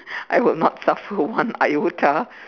I would not suffer one iota